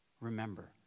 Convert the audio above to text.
remember